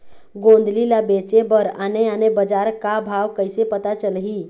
गोंदली ला बेचे बर आने आने बजार का भाव कइसे पता चलही?